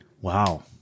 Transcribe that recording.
Wow